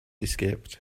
escaped